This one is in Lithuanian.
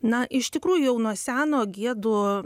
na iš tikrųjų jau nuo seno giedu